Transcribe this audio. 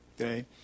Okay